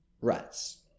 rats